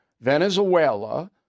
Venezuela